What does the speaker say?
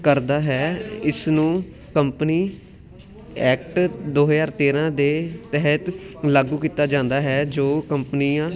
ਕਰਦਾ ਹੈ ਇਸ ਨੂੰ ਕੰਪਨੀ ਐਕਟ ਦੋ ਹਜ਼ਾਰ ਤੇਰਾਂ ਦੇ ਤਹਿਤ ਲਾਗੂ ਕੀਤਾ ਜਾਂਦਾ ਹੈ ਜੋ ਕੰਪਨੀਆਂ